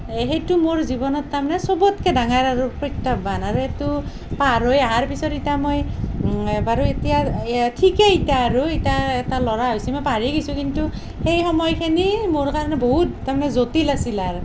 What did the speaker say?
এ সেইটো মোৰ জীৱনত তাৰমানে চবতকৈ ডাঙৰ আৰু প্ৰত্যাহ্বান আৰু এইটো পাৰ হৈ হাৰ পিছত এতিয়া মই বাৰু এতিয়া ঠিকেই এতিয়া আৰু এতিয়া এটা ল'ৰা হৈছে মই পাহৰি গৈছোঁ কিন্তু সেই সময়খিনি মোৰ কাৰণে বহুত তাৰমানে জটিল আছিল আৰু